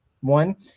One